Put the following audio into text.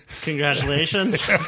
Congratulations